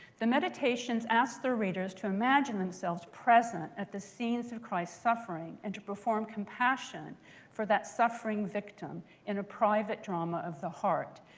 the meditations ask the readers to imagine themselves present at the scenes of christ's suffering and to perform compassion for that suffering victim in a private trauma of the heart.